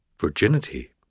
virginity